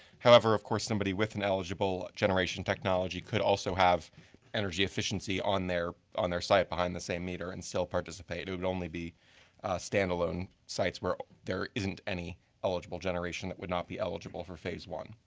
however, of course, somebody with an eligible generation technology could also have energy efficiency on their on their site behind the same meter and still participate it would only be stand-alone sites where there isn't any eligible generation that would not be eligible for phase one.